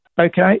Okay